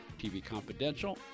tvconfidential